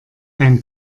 ein